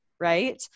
right